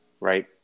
right